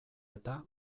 eta